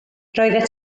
roeddet